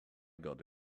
got